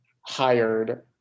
hired